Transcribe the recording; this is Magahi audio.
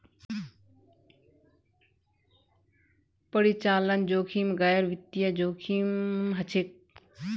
परिचालन जोखिम गैर वित्तीय जोखिम हछेक